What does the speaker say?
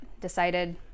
decided